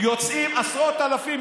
יוצאים עשרות אלפים,